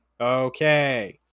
okay